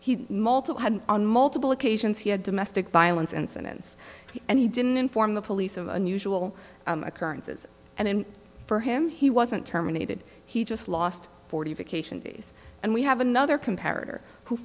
he multiple had on multiple occasions he had domestic violence incidents and he didn't inform the police of unusual occurrences and for him he wasn't terminated he just lost forty vacation days and we have another